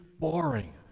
boring